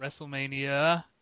WrestleMania